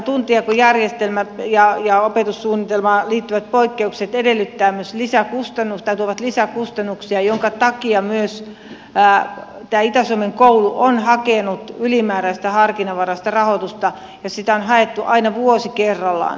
tuntijakojärjestelmään ja opetussuunnitelmaan liittyvät poikkeukset tuovat lisäkustannuksia minkä takia myös itä suomen koulu on hakenut ylimääräistä harkinnanvaraista rahoitusta ja sitä on haettu aina vuosi kerrallaan